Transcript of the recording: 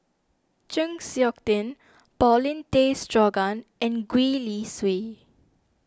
Chng Seok Tin Paulin Tay Straughan and Gwee Li Sui